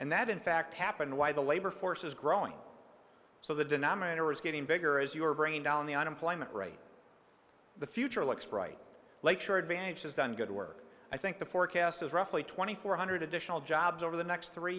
and that in fact happened why the labor force is growing so the denominator is getting bigger as you are bringing down the unemployment rate the future looks bright later advantages than good work i think the forecast is roughly twenty four hundred additional jobs over the next three